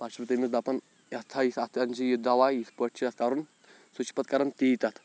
پَتہٕ چھُس بہٕ تیٚمِس دَپان یَتھ تھَیہِ اَتھ أنزِ یہِ دَوا یِتھ پٲٹھۍ چھِ اَتھ کَرُن سُہ چھُ پَتہٕ کَران تی تَتھ